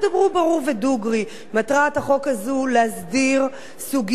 מטרת החוק הזה להסדיר סוגיה חברתית שקובעת אמות